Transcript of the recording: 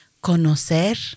conocer